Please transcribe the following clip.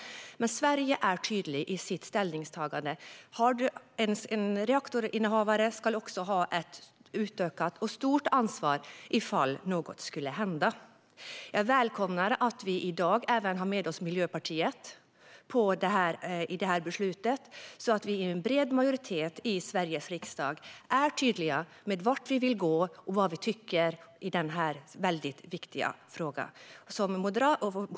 Men Sverige är tydligt i sitt ställningstagande. En reaktorinnehavare ska ha ett utökat och stort ansvar ifall något skulle hända. Jag välkomnar att vi i dag även har med oss Miljöpartiet i det här beslutet, så att vi i bred majoritet i Sveriges riksdag är tydliga med vart vi vill gå och vad vi tycker i denna väldigt viktiga fråga.